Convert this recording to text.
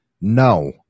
No